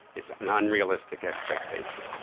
it's an unrealistic expectation.